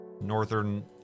Northern